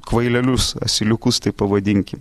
kvailelius asiliukus taip pavadinkim